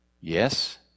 yes